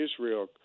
Israel